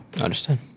understand